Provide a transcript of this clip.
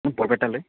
বৰপেটালৈ